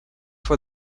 for